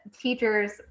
teachers